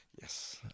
Yes